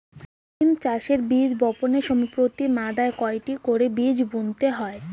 সিম চাষে বীজ বপনের সময় প্রতি মাদায় কয়টি করে বীজ বুনতে হয়?